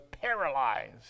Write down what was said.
paralyzed